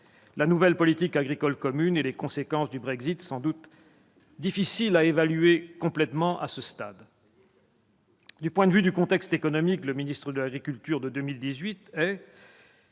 la nouvelle politique agricole commune et les conséquences du Brexit, sans doute difficiles à évaluer complètement à ce stade. Du point de vue du contexte économique, le ministre de l'agriculture de 2018 se